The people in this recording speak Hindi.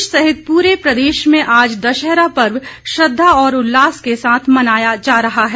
देश सहित पूरे प्रदेश में आज दशहरा पर्व श्रद्धा और उल्लास के साथ मनाया जा रहा है